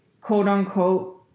quote-unquote